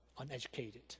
uneducated